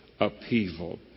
Upheaval